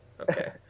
Okay